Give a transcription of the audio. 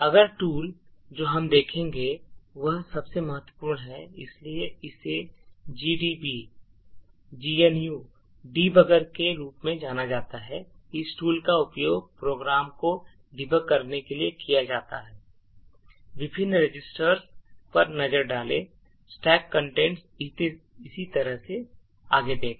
अगला tool जो हम देखेंगे वह सबसे महत्वपूर्ण है इसलिए इसे gdb GNU डिबगर के रूप में जाना जाता है और इस tool का उपयोग प्रोग्राम को डिबग करने के लिए किया जा सकता है विभिन्न रजिस्टर पर नज़र डालें stack contents इसी तरह से आगे देखें